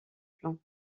plans